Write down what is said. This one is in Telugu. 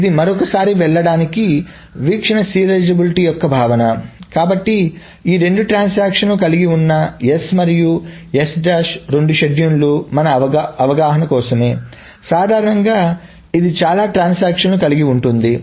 కాబట్టి ఇది మరోసారి వెళ్ళడానికి వీక్షణ సీరియలైజబిలిటీ యొక్క భావన కాబట్టి ఈ రెండు ట్రాన్సాక్షన్లను కలిగి ఉన్న S మరియు S డాష్S' రెండు షెడ్యూల్లు మన అవగాహన కోసమే సాధారణంగా ఇది చాలా ట్రాన్సాక్షన్లను కలిగి ఉంటుంది